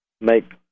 make